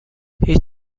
هیچ